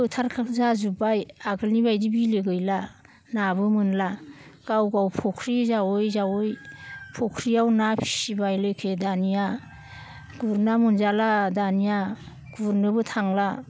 फोथारखोब जाजोबबाय आगोलनिबायदि बिलो गैला नाबो मोनला गाव गाव फुख्रि जावै जावै फुख्रियाव ना फिबाय लेखे दानिया गुरना मोनजाला दानिया गुरनोबो थांला